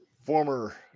former